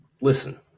Listen